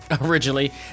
originally